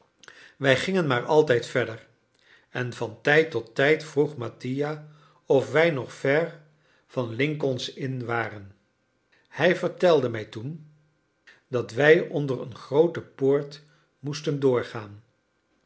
wij gingen maar altijd verder en van tijd tot tijd vroeg mattia of wij nog ver van lincoln's inn waren hij vertelde mij toen dat wij onder een groote poort moesten doorgaan